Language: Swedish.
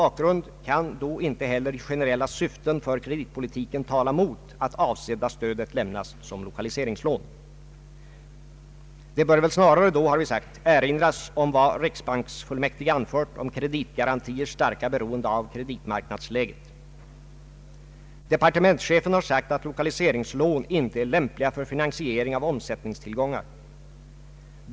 Införandet av ett system Kapitalstödet vid lokalisering skulle i huvudsak få oförändrad inriktning men förstärkas i flera avseenden.